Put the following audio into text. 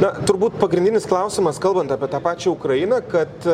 na turbūt pagrindinis klausimas kalbant apie tą pačią ukrainą kad